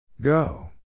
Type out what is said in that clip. Go